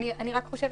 רק חושבת